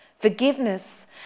Forgiveness